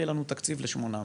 יהיה לנו תקציב ל-800.